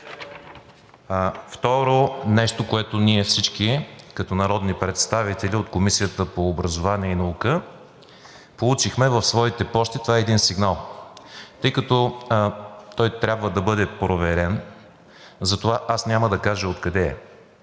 Второто нещо, което ние всички като народни представители от Комисията по образование и наука получихме в своите пощи, това е един сигнал, тъй като той трябва да бъде проверен. Затова аз няма да кажа откъде е,